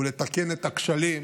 ותיקון הכשלים